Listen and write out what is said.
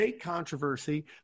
controversy